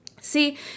See